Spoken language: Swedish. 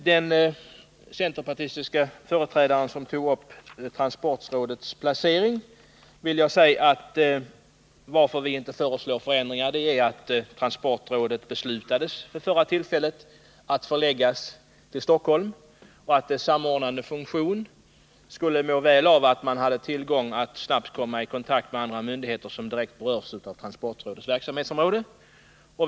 Till centerpartiets företrädare som tog upp transportrådets placering vill jag säga att anledningen till att utskottet inte föreslår någon förändring är att vid det tillfälle då beslutet fattades om att transportrådets verksamhet skall förläggas till Stockholm ansågs det att transportrådets samordnande funktion skulle må väl av att snabbt kunna komma i kontakt med andra myndigheter som direkt berörs av transportrådets verksamhet.